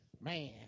man